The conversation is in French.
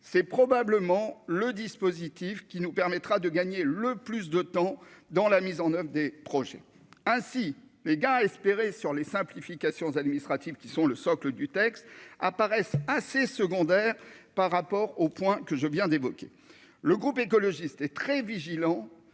c'est probablement le dispositif qui nous permettra de gagner le plus de temps dans la mise en oeuvre des projets ainsi les gains espérés sur les simplifications administratives qui sont le socle du texte apparaissent assez secondaire par rapport au point que je viens d'évoquer le groupe écologiste est très vigilant